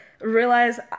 realize